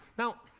now,